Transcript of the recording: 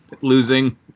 losing